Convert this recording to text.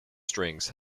strings